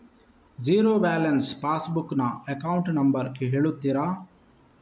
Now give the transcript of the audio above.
Zero balance passbook ನ account number ಹೇಳುತ್ತೀರಾ?